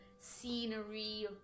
scenery